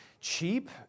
cheap